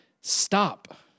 Stop